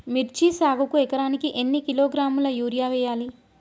మిర్చి సాగుకు ఎకరానికి ఎన్ని కిలోగ్రాముల యూరియా వేయాలి?